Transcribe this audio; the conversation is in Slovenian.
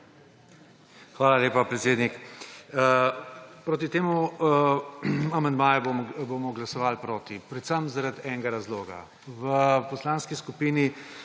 Hvala lepa, predsednik. Pri temu amandmaju bomo glasovali proti, predvsem zaradi enega razloga. V Poslanski skupini